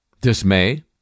dismay